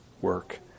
work